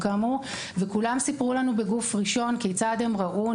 כולם סיפרו לנו בגוף ראשון כיצד הם ראו,